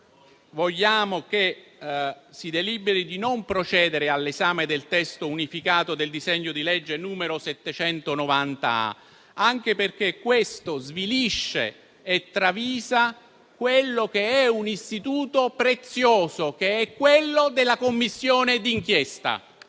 vogliamo che si deliberi di non procedere all'esame del testo unificato del disegno di legge n. 790, anche perché questo svilisce e travisa un istituto prezioso come la Commissione d'inchiesta.